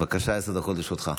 בבקשה, עשר דקות לרשותך.